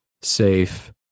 safe